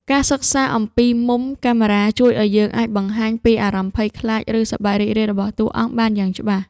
ការសិក្សាអំពីមុំកាមេរ៉ាជួយឱ្យយើងអាចបង្ហាញពីអារម្មណ៍ភ័យខ្លាចឬសប្បាយរីករាយរបស់តួអង្គបានយ៉ាងច្បាស់។